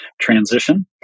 transition